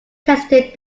contested